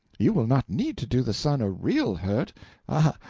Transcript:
you will not need to do the sun a real hurt ah,